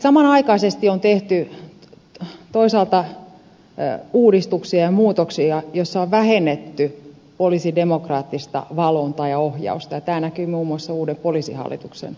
samanaikaisesti on tehty toisaalta uudistuksia ja muutoksia joissa on vähennetty poliisin demokraattista valvontaa ja ohjausta ja tämä näkyy muun muassa uuden poliisihallituksen perustamisena